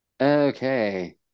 Okay